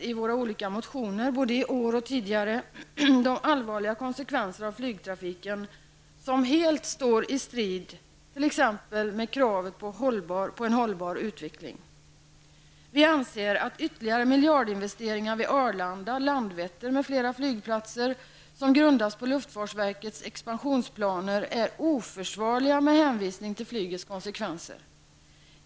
I våra olika motioner, både i år och tidigare, har vi redovisat de allvarliga konsekvenser av flygtrafiken som helt står i strid med t.ex. kravet på en hållbar utveckling. Vi anser att ytterligare miljardinvesteringar vid Arlanda, Landvetter m.fl. flygplatser som grundas på luftfartsverkets expansionsplaner är oförsvarliga med hänvisning till flygets konsekvenser.